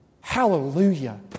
Hallelujah